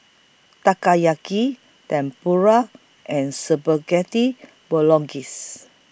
Takoyaki Tempura and Spaghetti Bolognese